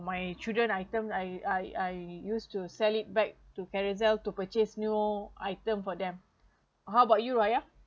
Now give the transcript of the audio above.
my children items I I I used to sell it back to Carousell to purchase new item for them how about you raya